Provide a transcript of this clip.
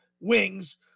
wings